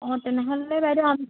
অঁ তেনেহ'লে বাইদেউ